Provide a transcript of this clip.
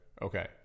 Okay